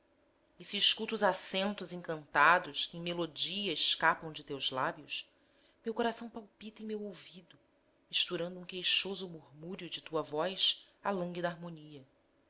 e se escuto os acentos encantados que em melodia escapam de teus lábios meu coração palpita em meu ouvido misturando um queixoso murmurio de tua voz à lânguida harmonia